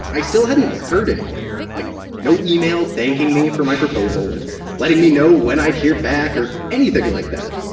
i still hadn't heard anything, like no email thanking me for my proposal and letting me know when i'd hear back or anything like that.